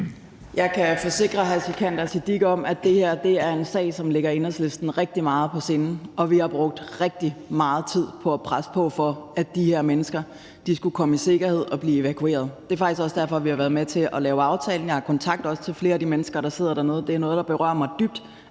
hr. Sikandar Siddique om, at det her er en sag, som ligger Enhedslisten rigtig meget på sinde, og vi har brugt rigtig meget tid på at presse på for, at de her mennesker skulle komme i sikkerhed og blive evakueret. Det er faktisk også derfor, vi har været med til at lave aftalen. Jeg har også kontakt til flere af de mennesker, der sidder dernede. At Danmark svigter sit